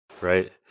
right